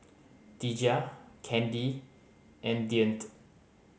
Deja Kandy and Deante